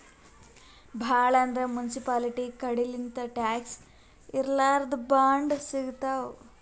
ಭಾಳ್ ಅಂದ್ರ ಮುನ್ಸಿಪಾಲ್ಟಿ ಕಡಿಲಿಂತ್ ಟ್ಯಾಕ್ಸ್ ಇರ್ಲಾರ್ದ್ ಬಾಂಡ್ ಸಿಗ್ತಾವ್